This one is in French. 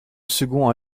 second